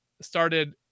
started